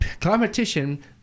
competition